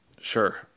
Sure